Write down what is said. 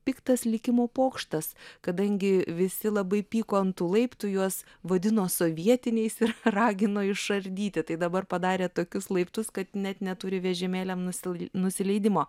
piktas likimo pokštas kadangi visi labai pyko ant tų laiptų juos vadino sovietiniais ir ragino išardyti tai dabar padarė tokius laiptus kad net neturi vežimėliam nusilei nusileidimo